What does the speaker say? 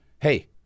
Hey